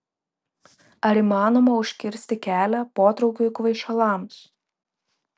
ar įmanoma užkirsti kelią potraukiui kvaišalams